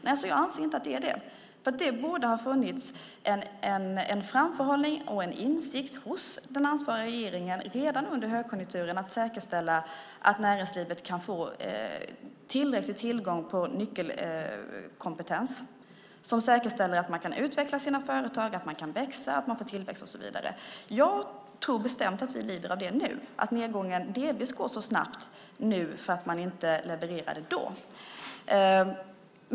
Nej, jag anser inte att det är det, för det borde ha funnits en framförhållning och en insikt hos den ansvariga regeringen redan under högkonjunkturen att säkerställa att näringslivet kan få tillräcklig tillgång på nyckelkompetens som säkerställer att man kan utveckla sina företag, att man kan växa och få tillväxt och så vidare. Jag tror bestämt att vi lider av det nu. Att nedgången delvis går så snabbt nu beror på att man inte levererade då.